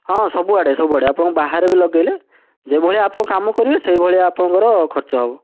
ହଁ ସବୁଆଡ଼େ ସବୁଆଡ଼େ ଆପଣ ବାହାରେ ବି ଲଗାଇଲେ ଯେଭଳିଆ ଆପଣ କାମ କରିବେ ସେଭଳିଆ ଆପଣଙ୍କର ଖର୍ଚ୍ଚ ହେବ